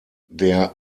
der